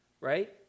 right